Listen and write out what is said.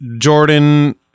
Jordan